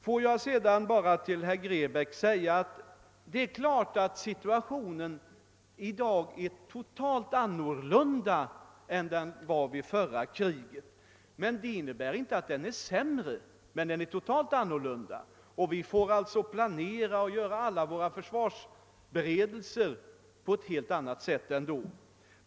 Jag vill sedan bara till herr Grebäck säga att det är klart att situationen i dag är en helt annan än den var vid förra kriget. Men det innebär inte att vi är sämre ställda. Däremot får vi nu planera och göra alla våra försvarsförberedelser på ett helt annat sätt än då.